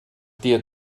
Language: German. dir